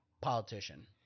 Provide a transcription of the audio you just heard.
politician